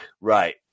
Right